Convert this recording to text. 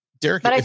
Derek